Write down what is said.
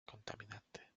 contaminante